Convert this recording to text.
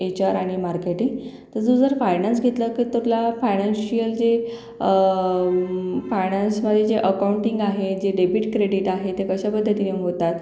HR आणि marketing तर तू जर फायणॅन्स घेतलं कं तर तुला फायणॅन्शिअल जे फायणॅन्समध्ये जे अकाऊंटिंग आहे जे डेबिट क्रेडिट आहे ते कशा पद्धतीने होतात